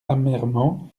amèrement